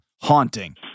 haunting